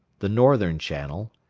the northern channel,